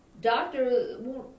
doctor